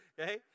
Okay